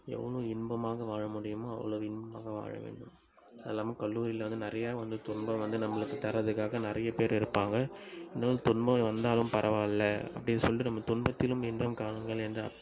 எவ்வளோ இன்பமாக வாழ முடியுமோ அவ்ளோவு இன்பமாக வாழ வேண்டும் அதுல்லாமல் கல்லூரியில் வந்து நிறையா வந்து துன்பம் வந்து நம்பளுக்கு தரதுக்காக நிறையப் பேர் இருப்பாங்க இன்னும் துன்பம் வந்தாலும் பரவால்ல அப்படின்னு சொல்லிட்டு நம்ப துன்பத்திலும் இன்றம் காணுங்கள் என்ற